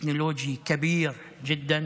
למרות שהוא היה בה, השרה מירי רגב.